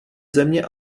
země